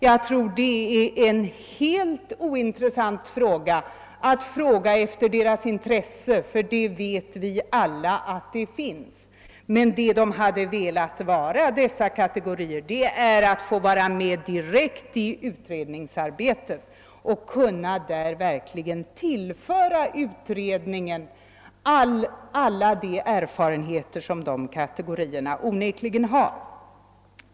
Jag tror det är helt ointressant att fråga efter deras intresse, ty vi vet alla att det intresset finns. Men vad dessa kategorier önskar är att de hade fått vara med direkt i utredningsarbetet och verkligen kunnat tillföra utredningen alla de erfarenheter som de onekligen har.